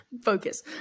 focus